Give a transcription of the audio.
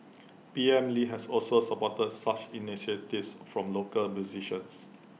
P M lee had also supported such initiatives from local musicians